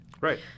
Right